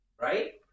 right